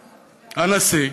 הנשיא,